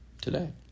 today